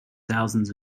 thousands